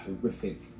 horrific